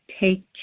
take